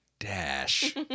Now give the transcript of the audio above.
Dash